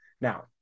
now